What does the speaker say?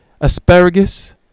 asparagus